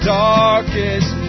darkest